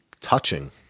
touching